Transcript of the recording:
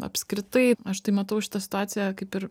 apskritai aš tai matau šitą situaciją kaip ir